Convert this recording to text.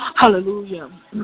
Hallelujah